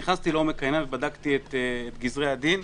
נכנסתי לעומק העניין ובדקתי את גזרי הדין.